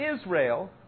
Israel